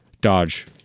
Dodge